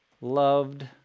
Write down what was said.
loved